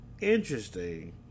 interesting